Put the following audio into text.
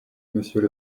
monsieur